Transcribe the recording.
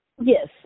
Yes